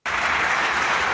Hvala